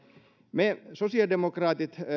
me sosiaalidemokraatit